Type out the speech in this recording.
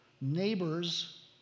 Neighbors